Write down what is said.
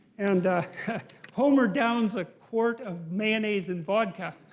and homer downs a quart of mayonnaise and vodka.